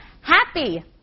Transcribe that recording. Happy